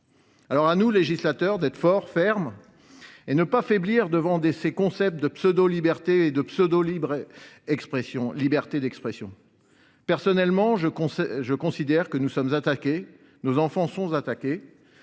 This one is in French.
C’est à nous, législateurs, d’être fermes et de ne pas faiblir devant ces concepts de pseudo liberté et de pseudo libre expression. Personnellement je considère que nous et nos enfants sommes attaqués